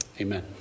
Amen